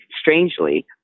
strangely